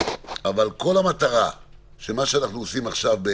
אבל המטרה שלנו עכשיו היא